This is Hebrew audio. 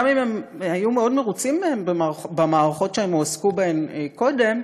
גם אם היו מאוד מרוצים מהם במערכות שהם הועסקו בהן קודם,